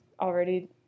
already